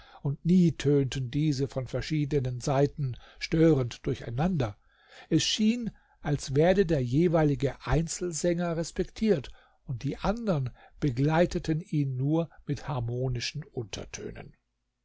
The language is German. nie tönten diese von verschiedenen seiten störend durcheinander es schien als werde der jeweilige einzelsänger respektiert und die andern begleiteten ihn nur mit harmonischen untertönen